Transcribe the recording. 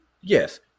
Yes